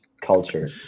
culture